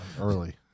early